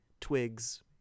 twigs